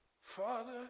Father